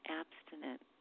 abstinent